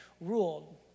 ruled